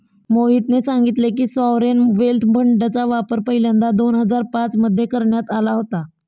मोहितने सांगितले की, सॉवरेन वेल्थ फंडचा वापर पहिल्यांदा दोन हजार पाच मध्ये करण्यात आला होता